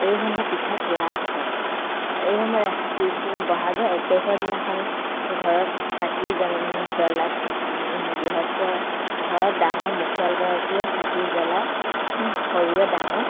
এইসমূহ পিঠা পোৰা হয় এইসমূহ পিছদিন ব'হাগৰ এক তাৰিখৰ দিনাখন ঘৰত চাকি যেন জ্বলাই গৃহস্থই ঘৰত ডাঙৰ মুখিয়াল গৰাকীয়ে চাকি জ্বলাই সৰুৱে ডাঙৰক